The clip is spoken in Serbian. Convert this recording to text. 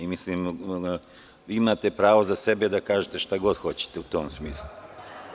Imate pravo za sebe da kažete šta god hoćete u tom smislu.